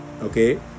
okay